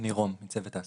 מצוות תעסוקה.